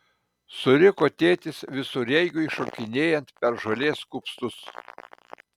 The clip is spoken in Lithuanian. suriko tėtis visureigiui šokinėjant per žolės kupstus